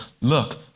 look